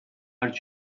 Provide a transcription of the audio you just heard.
urge